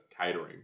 catering